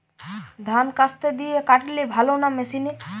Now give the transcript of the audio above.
ধান কাস্তে দিয়ে কাটলে ভালো না মেশিনে?